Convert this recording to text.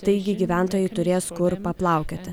taigi gyventojai turės kur paplaukioti